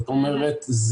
זאת אומרת,